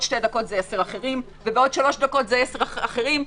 שתי דקות זה עשרה אחרים ועוד שלוש דקות זה עשרים אחרים.